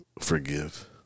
forgive